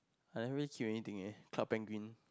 I never kill anything eh Club-Penguin